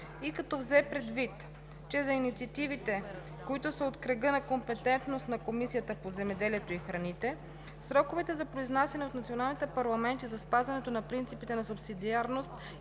и като взе предвид, че за инициативите, които са от кръга на компетентност на Комисията по земеделието и храните, сроковете за произнасяне от националните парламенти за спазването на принципите на субсидиарност